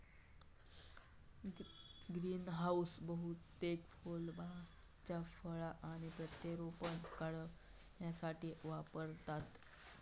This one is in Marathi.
ग्रीनहाऊस बहुतेकदा फुला भाज्यो फळा आणि प्रत्यारोपण वाढविण्यासाठी वापरतत